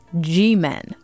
G-men